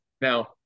Now